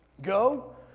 Go